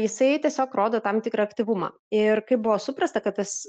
jisai tiesiog rodo tam tikrą aktyvumą ir kaip buvo suprasta kad tas